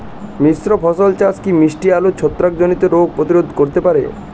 মিশ্র ফসল চাষ কি মিষ্টি আলুর ছত্রাকজনিত রোগ প্রতিরোধ করতে পারে?